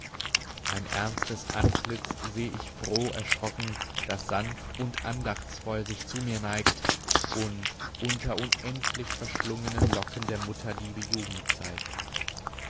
ein ernstes antlitz seh ich froh erschrocken das sanft und andachtsvoll sich zu mir neigt und unter unendlich verschlungenen locken der mutter liebe jugend zeigt